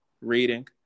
reading